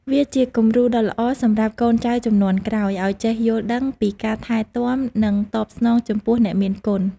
វាជាគំរូដ៏ល្អសម្រាប់កូនចៅជំនាន់ក្រោយឱ្យចេះយល់ដឹងពីការថែទាំ និងតបស្នងចំពោះអ្នកមានគុណ។